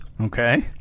Okay